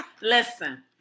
Listen